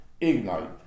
ignite